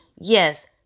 Yes